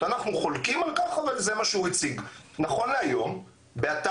זה באמת